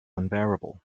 unbearable